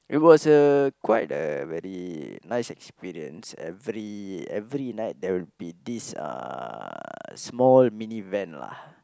it was a quite a very nice experience every every night there'll be this uh small mini van lah